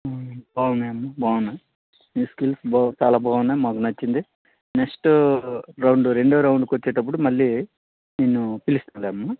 బాగున్నాయి అమ్మా బాగున్నాయి నీ స్కిల్స్ బావు చాలా బాగున్నాయి మాకు నచ్చింది నెక్స్ట్ రౌండ్ రెండో రౌండ్కి వచ్చేటప్పుడు మళ్ళీ నిన్ను పిలుస్తానులే అమ్మా